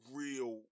real